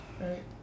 right